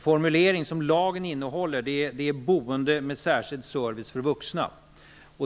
formulering om boende med särskild service för vuxna.